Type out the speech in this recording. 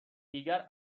دیگر